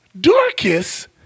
Dorcas